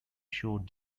showed